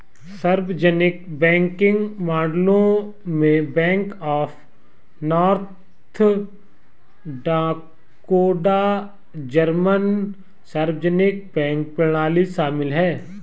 सार्वजनिक बैंकिंग मॉडलों में bank of North Dakota German सार्वजनिक बैंक प्रणाली शामिल है